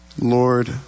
Lord